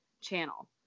channel